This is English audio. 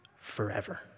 forever